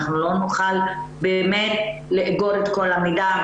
לא נוכל באמת לאגור את כל המידע,